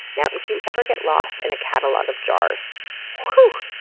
now, if you ever get lost in catalog of jars whew!